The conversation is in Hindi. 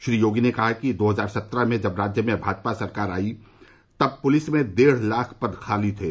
श्री योगी ने कहा कि दो हजार सत्रह में जब राज्य में भाजपा सरकार आयी तब पुलिस में डेढ़ लाख पद खाली थे